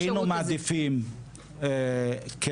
ככלל, היינו מעדיפים כן.